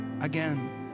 again